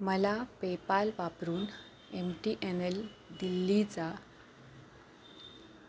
मला पेपाल वापरून M T N L दिल्लीचा